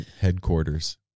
headquarters